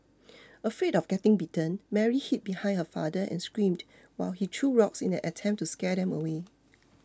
afraid of getting bitten Mary hid behind her father and screamed while he threw rocks in an attempt to scare them away